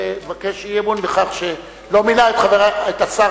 לבקש אי-אמון בכך שלא מינה את השר